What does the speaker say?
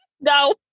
No